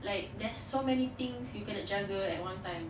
like there's so many things you cannot juggle at one time